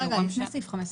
לפני כן,